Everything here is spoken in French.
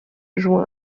juin